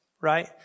Right